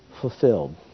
fulfilled